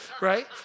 right